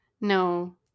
No